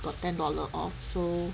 got ten dollar off so